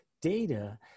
data